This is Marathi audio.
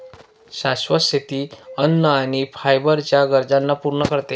शाश्वत शेती अन्न आणि फायबर च्या गरजांना पूर्ण करते